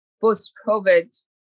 post-COVID